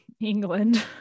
england